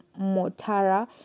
Motara